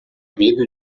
medo